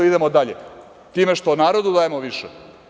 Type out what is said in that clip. Idemo dalje time što narodu dajemo više.